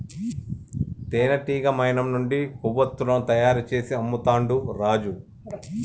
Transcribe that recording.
తేనెటీగ మైనం నుండి కొవ్వతులను తయారు చేసి అమ్ముతాండు రాజు